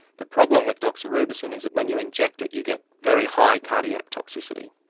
the problem with doxorubicin is that when you inject it you get very high cardiac toxicity.